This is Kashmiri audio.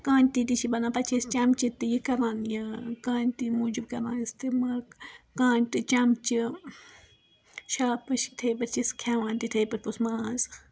کانتی تہِ چھِ بَنان پَتہٕ چھِ أسی چَمچہٕ تہِ یہِ تھَوان یہِ کانتی موجوب پیٚوان استعمال کانٹہٕ چَمچہ شراپٕچ یِتھے پٲٹھۍ چھِ أسۍ کھیٚوان تِتھے پٲٹھۍ پوٚتُس ماز